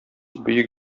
бөек